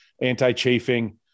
anti-chafing